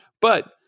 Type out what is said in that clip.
But-